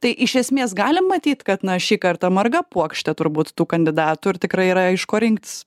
tai iš esmės galim matyt kad na šį kartą marga puokštė turbūt tų kandidatų ir tikrai yra iš ko rinktis